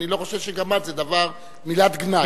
אני לא חושב שגמד זה מילת גנאי.